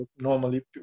normally